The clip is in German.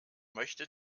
möchte